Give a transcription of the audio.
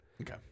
Okay